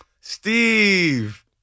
Steve